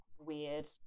weird